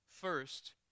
First